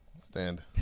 Stand